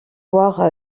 voir